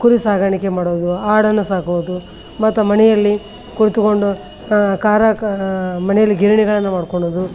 ಕುರಿ ಸಾಕಾಣಿಕೆ ಮಾಡೋದು ಆಡನ್ನು ಸಾಕುವುದು ಮತ್ತು ಮನೆಯಲ್ಲಿ ಕುಳಿತುಕೊಂಡು ಕಾರಾಕ ಮನೆಯಲ್ಲಿ ಗಿರಣಿಗಳನ್ನು ಮಾಡ್ಕೊಳ್ಳೋದು